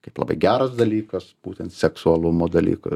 kaip labai geras dalykas būtent seksualumo dalyką